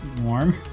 warm